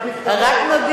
אתם עושים ספורט יחד.